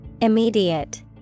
Immediate